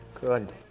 Good